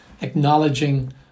acknowledging